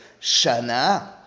Shana